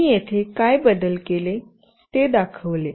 मी येथे काय बदल केले ते दाखवले